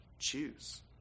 choose